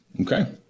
Okay